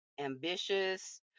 ambitious